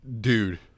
Dude